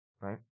right